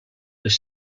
les